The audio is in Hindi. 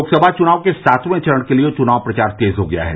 लोकसभा के सातवें चरण के लिए चुनाव प्रचार तेज हो गया है